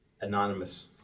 anonymous